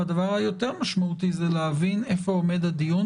והדבר היותר משמעותי הוא להבין איפה עומד הדיון